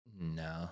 No